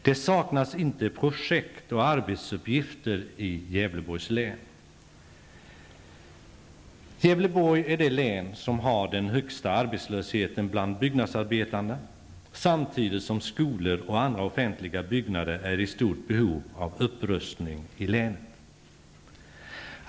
Det saknas inte projekt eller arbetsuppgifter i Gävleborg är det län som har den högsta arbetslösheten bland byggnadsarbetare samtidigt som skolor och andra offentliga byggnader i länet är i stort behov av upprustning.